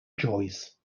joyce